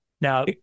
Now